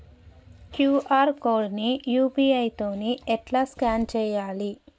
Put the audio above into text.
QR code ని UPI తోని ఎట్లా స్కాన్ చేయాలి?